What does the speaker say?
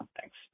Thanks